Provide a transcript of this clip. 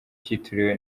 cyitiriwe